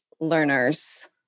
learners